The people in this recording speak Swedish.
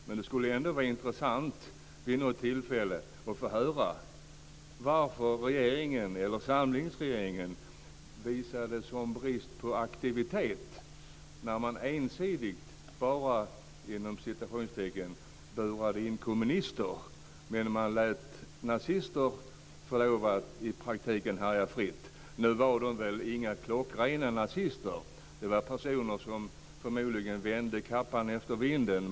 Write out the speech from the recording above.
Men det skulle ändå vara intressant vid något tillfälle att få höra varför regeringen, eller samlingsregeringen, visade en sådan brist på aktivitet när man ensidigt "bara" burade in kommunister medan man i praktiken lät nazister få lov att härja fritt. Nu var de väl inte några klockrena nazister. Det var personer som förmodligen vände kappan efter vinden.